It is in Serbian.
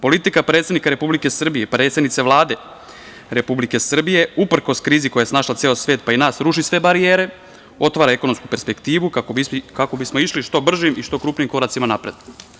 Politika predsednika Republike Srbije, predsednice Vlade Republike Srbije, uprkos krizi koja je snašla ceo svet pa i nas, ruši sve barijere, otvara ekonomsku perspektivu, kako bismo išli što brže i što krupnijim koracima napred.